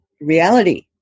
reality